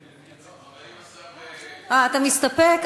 אבל אם השר, אה, אתה מסתפק?